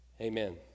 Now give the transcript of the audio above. amen